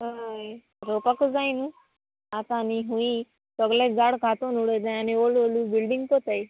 होय रोवपाकूच जाय न्हू आतां न्ही हूंय सगले झाड खातोन उडय जाय आनी व्होडू व्होडू बिल्डींग कोत्ताय